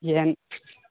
ꯌꯦꯟ